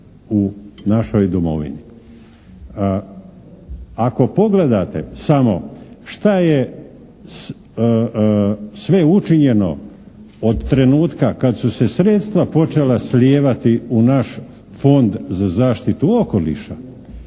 u našoj domovini. Ako pogledate samo šta je sve učinjeno od trenutka kad su se sredstva počela slijevati u naš Fond za zaštitu okoliša,